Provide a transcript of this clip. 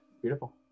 Beautiful